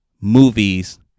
movies